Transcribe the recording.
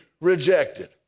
rejected